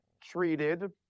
treated